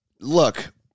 Look